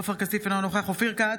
בועז טופורובסקי,